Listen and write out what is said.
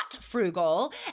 frugal